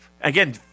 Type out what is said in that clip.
Again